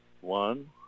One